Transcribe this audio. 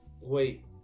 wait